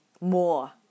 more